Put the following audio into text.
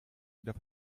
wieder